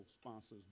sponsors